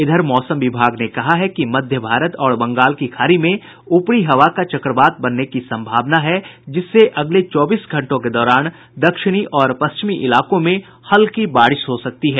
इधर मौसम विभाग ने कहा है कि मध्य भारत और बंगाल की खाड़ी में ऊपरी हवा का चक्रवात बनने की संभावना है जिससे अगले चौबीस घंटों के दौरान दक्षिणी और पश्चिमी इलाको में हल्की बारिश हो सकती है